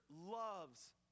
loves